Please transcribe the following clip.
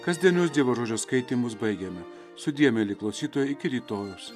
kasdienius dievo žodžio skaitymus baigiame sudie mieli klausytojai iki rytojaus